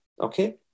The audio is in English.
okay